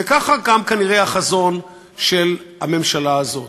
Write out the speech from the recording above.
וכך קם כנראה החזון של הממשלה הזאת.